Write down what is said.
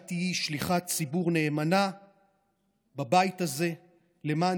שאת תהיי שליחת ציבור נאמנה בבית הזה למען